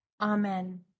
Amen